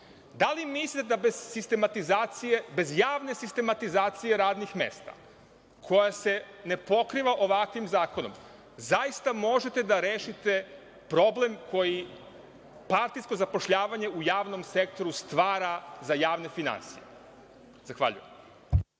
li mislite da bez javne sistematizacije radnih mesta, koja se ne pokriva ovakvim zakonom, zaista možete da rešite problem koji partijsko zapošljavanje u javnom sektoru stvara za javne finansije? Zahvaljujem.